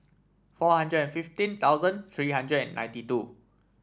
four hundred and fifteen thousand three hundred and ninety two